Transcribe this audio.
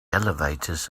elevators